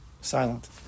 silent